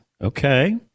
Okay